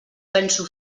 penso